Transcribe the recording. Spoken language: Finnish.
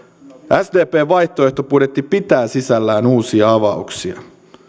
sdpn vaihtoehtobudjetti pitää sisällään uusia avauksia